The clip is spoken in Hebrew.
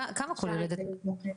כמה כל יולדת מכניסה לבית החולים?